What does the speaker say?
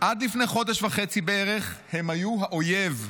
"עד לפני חודש וחצי בערך הם היו האויב.